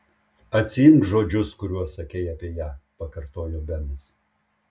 atsiimk žodžius kuriuos sakei apie ją pakartojo benas